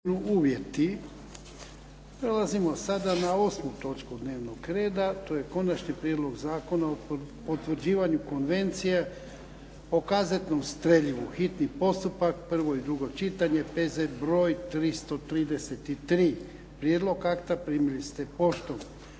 (HDZ)** Prelazimo sada na 8. točku dnevnog reda. To je - Konačni prijedlog Zakona o potvrđivanju Konvencije o kazetnom streljivu, hitni postupak, prvo i drugo čitanje, P.Z. br. 333 Prijedlog akta primili ste poštom.